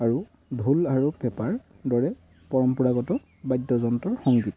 আৰু ঢোল আৰু পেপাৰ দৰে পৰম্পৰাগত বাদ্যযন্ত্ৰ সংগীত